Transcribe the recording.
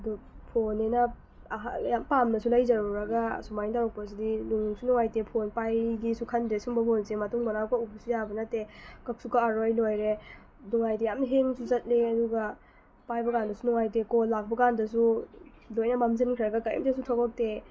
ꯑꯗꯨ ꯐꯣꯟꯅꯤꯅ ꯌꯥꯝ ꯄꯥꯝꯅꯁꯨ ꯂꯩꯖꯔꯨꯔꯒ ꯑꯁꯨꯃꯥꯏꯅ ꯇꯧꯔꯛꯄꯁꯤꯗꯤ ꯅꯨꯡꯁꯨ ꯅꯨꯡꯉꯥꯏꯇꯦ ꯐꯣꯟ ꯄꯥꯏꯒꯦꯁꯨ ꯈꯟꯗ꯭ꯔꯦ ꯁꯤꯒꯨꯝꯕ ꯐꯣꯟꯁꯦ ꯃꯇꯨꯡ ꯃꯅꯥꯎ ꯀꯛꯎꯕꯁꯨ ꯌꯥꯕ ꯅꯠꯇꯦ ꯀꯛꯁꯨ ꯀꯛꯑꯔꯣꯏ ꯂꯣꯏꯔꯦ ꯑꯗꯨꯒ ꯍꯥꯏꯗꯤ ꯌꯥꯝꯅ ꯍꯦꯡꯁꯨ ꯆꯠꯂꯦ ꯑꯗꯨꯒ ꯄꯥꯏꯕ ꯀꯥꯟꯗꯁꯨ ꯅꯨꯡꯉꯥꯏꯇꯦ ꯀꯣꯜ ꯂꯥꯛꯄ ꯀꯥꯟꯗꯁꯨ ꯂꯣꯏꯅ ꯃꯝꯁꯤꯟꯈ꯭ꯔꯒ ꯀꯔꯤꯝꯇꯁꯨ ꯊꯣꯛꯂꯛꯇꯦ